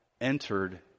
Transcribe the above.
entered